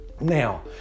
Now